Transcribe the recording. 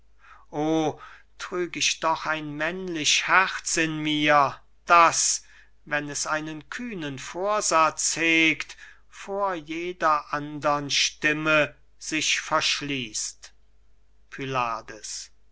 trüg ich doch ein männlich herz in mir das wenn es einen kühnen vorsatz hegt vor jeder andern stimme sich verschließt pylades